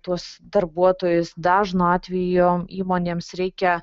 tuos darbuotojus dažnu atveju įmonėms reikia